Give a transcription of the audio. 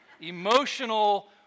Emotional